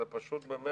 אז זה פשוט באמת